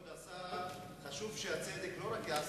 כבוד השר, חשוב שהצדק לא רק ייעשה,